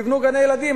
יבנו גני-ילדים.